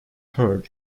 heard